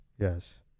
Yes